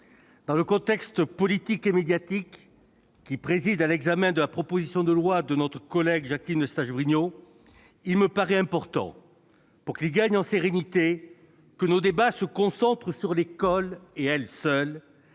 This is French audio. dans le contexte politique et médiatique qui préside à l'examen de la proposition de loi de notre collègue Jacqueline Eustache-Brinio, il me paraît important, pour que nos débats gagnent en sérénité, qu'ils se concentrent sur l'école, et elle seule,